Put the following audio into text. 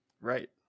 Right